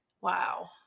wow